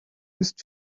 ist